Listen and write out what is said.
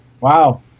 Wow